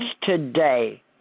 today